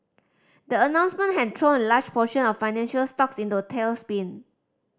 the announcement had thrown a large portion of financial stocks into a tailspin